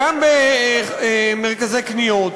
גם במרכזי קניות,